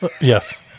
Yes